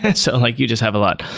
and so like you just have a lot.